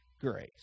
grace